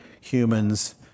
humans